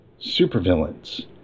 supervillains